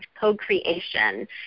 co-creation